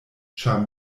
ĉar